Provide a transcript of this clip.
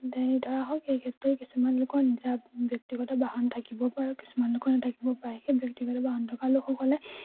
দে ধৰা হওক এই ক্ষেত্ৰত কিছুমান লোকৰ নিজা ব্যক্তিগত বাহন থাকিব পাৰে কিছুমান লোকৰ নাথাকিব পাৰে সেই ব্যক্তিগত বাহন থকা লোকসকলে